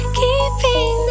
keeping